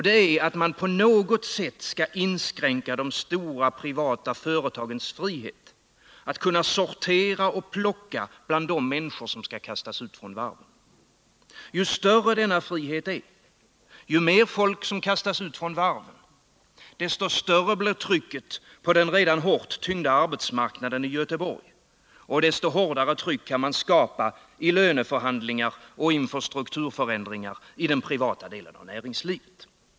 Det är att man på något sätt skall inskränka de stora privata företagens frihet att sortera och plocka bland de människor som skall kastas ut från varven. Ju större denna frihet är, ju mer folk som kastas ut från varven, desto större blir trycket på den redan hårt tyngda arbetsmarknaden i Göteborg och desto hårdare tryck kan man skapa i löneförhandlingar och inför strukturförändringar i den privata delen av näringslivet.